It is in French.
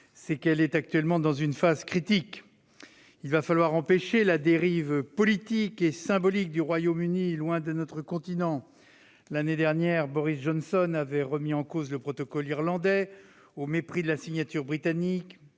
est qu'elle connaît en ce moment une phase critique. Il va falloir empêcher la dérive politique et symbolique du Royaume-Uni, loin de notre continent. L'année dernière, Boris Johnson avait remis en cause le protocole irlandais au mépris de la signature britannique.